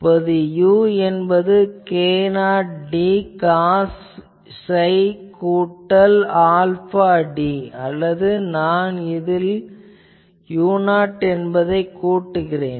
இப்போது u என்பது k0d cos psi கூட்டல் ஆல்பா d அல்லது நான் இதில் u0 என்பதைக் கூட்டுகிறேன்